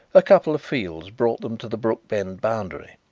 a couple of fields brought them to the brookbend boundary.